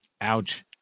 ouch